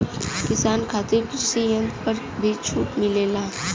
किसान खातिर कृषि यंत्र पर भी छूट मिलेला?